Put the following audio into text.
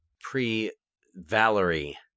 Pre-Valerie